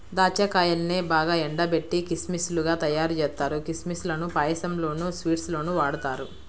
దాచ్చా కాయల్నే బాగా ఎండబెట్టి కిస్మిస్ లుగా తయ్యారుజేత్తారు, కిస్మిస్ లను పాయసంలోనూ, స్వీట్స్ లోనూ వాడతారు